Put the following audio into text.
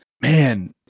man